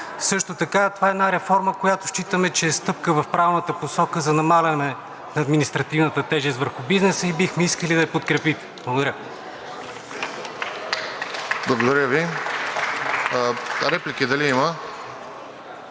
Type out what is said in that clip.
Също така това е една реформа, която считаме, че е стъпка в правилната посока, за намаляване на административната тежест върху бизнеса и бихме искали да я подкрепим. Благодаря. (Ръкопляскания